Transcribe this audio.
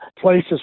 places